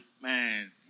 Man